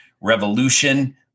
revolution